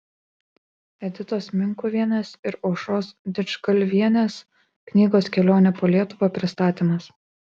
editos minkuvienės ir aušros didžgalvienės knygos kelionė po lietuvą pristatymas